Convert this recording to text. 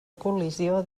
col·lisió